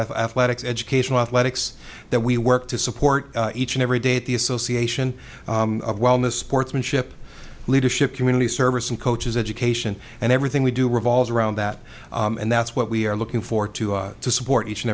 athletics education athletics that we work to support each and every day at the association of wellness sportsmanship leadership community service and coaches education and everything we do revolves around that and that's what we are looking for to to support each and